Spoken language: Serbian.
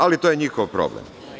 Ali, to je njihov problem.